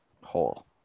hole